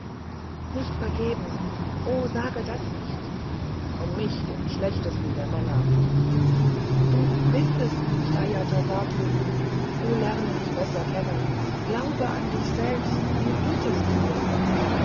nicht vergebens o sage das nicht um mich den schlechtesten der männer du bist es nicht ajatasattu o lerne dich besser kennen glaube an dich selbst wie ich es tue